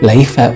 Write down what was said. Life